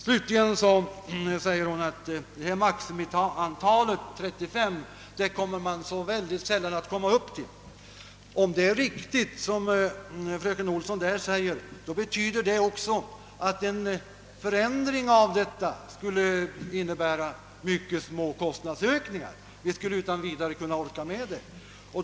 Slutligen påstod fröken Olsson att man vid de kurser det här gäller mycket sällan kommer att uppnå maximitalet. Om det är riktigt, betyder det också att en sänkning av maximitalet kommer att medföra mycket små kostnadsökningar, som vi utan vidare kommer att orka med.